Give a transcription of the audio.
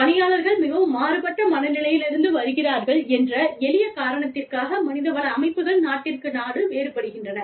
பணியாளர்கள் மிகவும் மாறுபட்ட மனநிலையிலிருந்து வருகிறார்கள் என்ற எளிய காரணத்திற்காக மனிதவள அமைப்புகள் நாட்டிற்கு நாடு வேறுபடுகின்றன